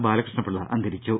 ബാലകൃഷ്ണ പിള്ള അന്തരിച്ചു